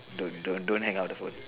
don't don't don't hang up the phone